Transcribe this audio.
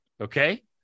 Okay